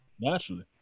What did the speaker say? Naturally